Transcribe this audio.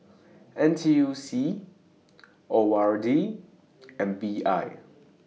N T U C O R D and I B